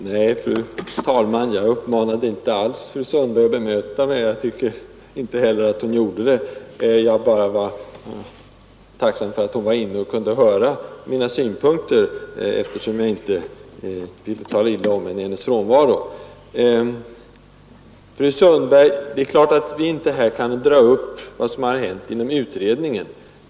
Fru talman! Jag uppmanade inte alls fru Sundberg att bemöta mig, och jag tycker inte heller att hon gjorde det. Jag vara bara tacksam för att hon var inne och kunde höra mina synpunkter, eftersom jag inte vill tala illa om henne i hennes frånvaro. Det är klart att vi inte här kan dra upp vad som har hänt inom utredningen.